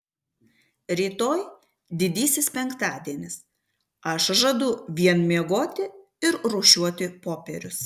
rytoj didysis penktadienis aš žadu vien miegoti ir rūšiuoti popierius